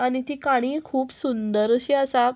आनी ती काणी खूब सुंदर अशी आसा